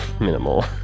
minimal